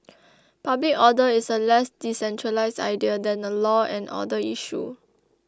public order is a less decentralised idea than a law and order issue